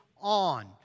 on